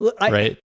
Right